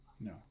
No